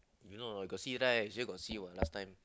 you know or not got see right you all got see what last time